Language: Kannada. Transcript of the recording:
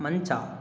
ಮಂಚ